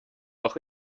doch